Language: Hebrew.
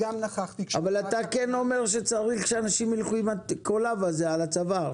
אבל אתה כן אומר שצריך שאנשים ילכו עם הקולב על זה על הצוואר.